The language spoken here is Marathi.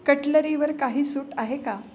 कटलरीवर काही सूट आहे का